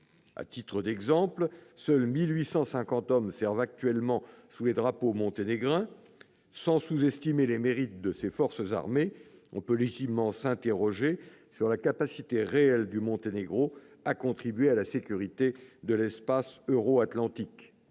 À titre d'exemple, seuls 1 850 hommes servent actuellement sous les drapeaux monténégrins. Sans vouloir sous-estimer les mérites de ses forces armées, on peut légitimement s'interroger sur la capacité réelle du Monténégro à contribuer à la sécurité de l'espace euro-atlantique,